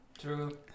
True